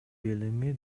билими